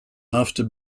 after